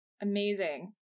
Amazing